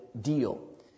deal